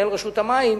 מנהל רשות המים: